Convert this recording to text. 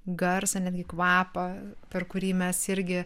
garsą netgi kvapą per kurį mes irgi